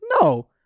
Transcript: No